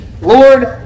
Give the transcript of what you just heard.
Lord